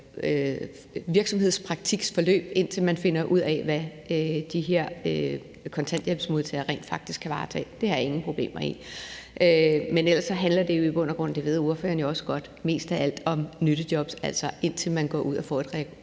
virksomhedspraktikforløb, indtil man finder ud af, hvilke jobs de her kontanthjælpsmodtagere rent faktisk kan varetage. Det har jeg ingen problemer med. Men ellers handler det jo mest af alt, og det ved ordføreren også godt, om nyttejobs, som man har, indtil man kommer ud og finder et regulært